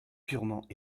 purement